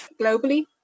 globally